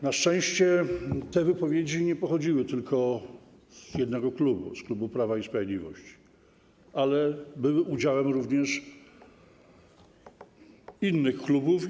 Na szczęście te wypowiedzi nie pochodziły tylko z jednego klubu, z klubu Prawa i Sprawiedliwości, ale były udziałem również innych klubów.